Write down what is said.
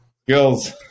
skills